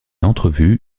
entrevu